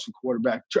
quarterback